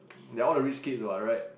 they're all the rich kids what right